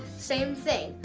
same thing.